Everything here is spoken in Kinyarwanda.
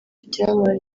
ibyabaye